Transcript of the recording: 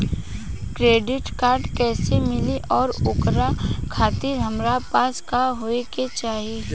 Credit card कैसे मिली और ओकरा खातिर हमरा पास का होए के चाहि?